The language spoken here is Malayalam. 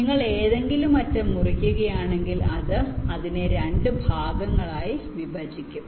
നിങ്ങൾ ഏതെങ്കിലും അറ്റം മുറിക്കുകയാണെങ്കിൽ അത് അതിനെ 2 ഭാഗങ്ങളായി വിഭജിക്കും